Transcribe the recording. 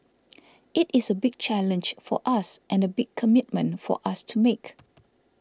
it is a big challenge for us and a big commitment for us to make